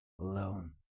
alone